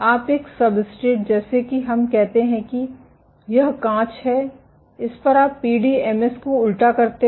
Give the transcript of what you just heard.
आप एक सब्सट्रेट जैसे कि हम कहते हैं कि यह कांच है इस पर आप पीडीएमएस को उल्टा करते हैं